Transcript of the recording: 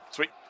Sweet